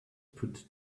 put